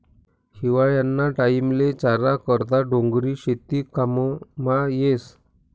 हिवायाना टाईमले चारा करता डोंगरी शेती काममा येस